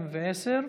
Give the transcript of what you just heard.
210,